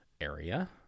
area